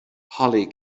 holly